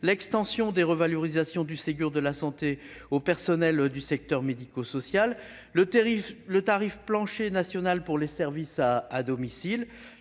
l'extension des revalorisations du Ségur de la santé aux personnels du secteur médico-social, le tarif plancher national pour les services à domicile,